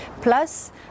Plus